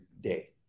day